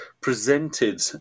presented